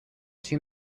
two